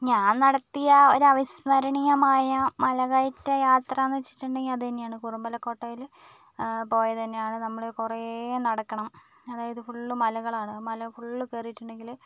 ഞാൻ നടത്തിയ ഒരു അവിസ്മരണീയമായ മലകയറ്റ യാത്ര എന്ന് വെച്ചിട്ടുണ്ടെങ്കിൽ അത് തന്നെയാണ് കുരുമ്പലക്കോട്ടയിൽ പോയത് തന്നെയാണ് നമ്മൾ കുറേ നടക്കണം അതായത് ഫുൾ മലകളാണ് മല ഫുൾ കയറിയിട്ടുണ്ടെങ്കിൽ